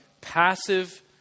passive